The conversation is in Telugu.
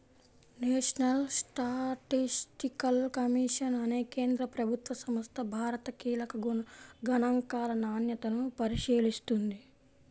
నేషనల్ స్టాటిస్టికల్ కమిషన్ అనే కేంద్ర ప్రభుత్వ సంస్థ భారత కీలక గణాంకాల నాణ్యతను పరిశీలిస్తుంది